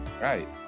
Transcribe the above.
Right